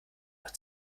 nach